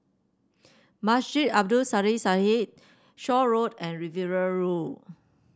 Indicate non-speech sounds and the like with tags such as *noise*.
Masjid Abdul *unintelligible* Shaw Road and Riverina Road